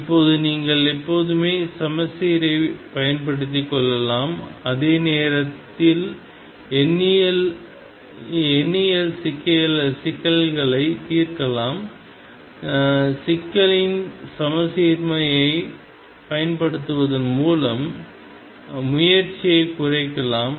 இப்போது நீங்கள் எப்போதுமே சமச்சீரைப் பயன்படுத்திக் கொள்ளலாம் அதே நேரத்தில் எண்ணிக்கையில் சிக்கல்களைத் தீர்க்கலாம் சிக்கலின் சமச்சீர்மையைப் பயன்படுத்துவதன் மூலம் முயற்சியைக் குறைக்கலாம்